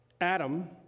Adam